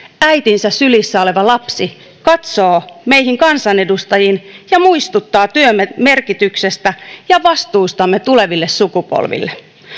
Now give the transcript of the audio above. äitinsä sylissä oleva lapsi katsoo meihin kansanedustajiin ja muistuttaa työmme merkityksestä ja vastuustamme tuleville sukupolville